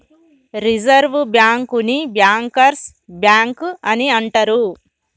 reserve బ్యాంకుని bankers bank అని అంటరు